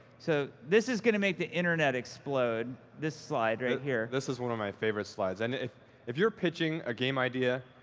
so, this is going to make the internet explode, this slide right here. this is one of my favorite slides. and if if you're pitching a game idea,